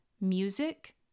music